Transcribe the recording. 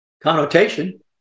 connotation